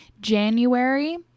January